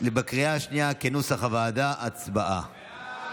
בקריאה השנייה, כנוסח הוועדה, הצבעה.